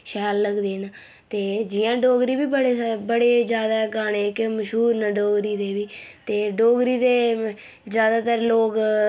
शैल लगदे न ते जियां डोगरी बी बड़े बड़े ज्यादा गाने जेह्के मश्हूर न डोगरी दे बी ते डोगरी दे ज्यादातर लोग